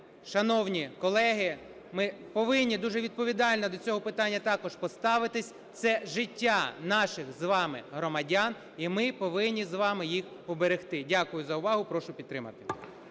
Шановні колеги, ми повинні дуже відповідально до цього питання також поставитися. Це життя наших з вами громадян, і ми повинні з вами їх уберегти. Дякую за увагу. Прошу підтримати.